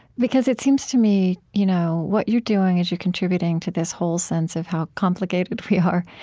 because it seems to me you know what you're doing is, you're contributing to this whole sense of how complicated we are.